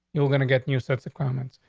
you're gonna get new sets of comments.